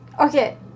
Okay